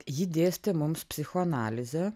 ji dėstė mums psichoanalizę